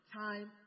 time